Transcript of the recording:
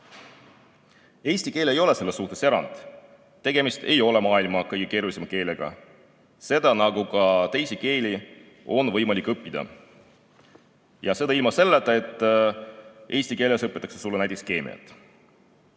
Eesti keel ei ole selles suhtes erand. Tegemist ei ole maailma kõige keerulisema keelega. Seda, nagu ka teisi keeli, on võimalik õppida. Ja seda ilma selleta, et eesti keeles õpetatakse sulle näiteks